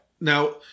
Now